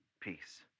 peace